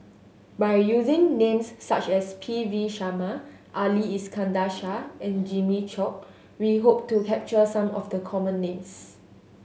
by using names such as P V Sharma Ali Iskandar Shah and Jimmy Chok we hope to capture some of the common names